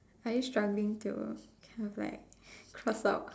are you struggling to kind of like cross out